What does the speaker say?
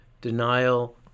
Denial